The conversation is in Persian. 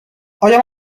ایا